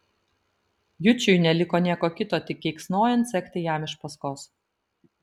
jučui neliko nieko kito tik keiksnojant sekti jam iš paskos